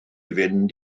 fynd